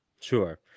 sure